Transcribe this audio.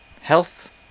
health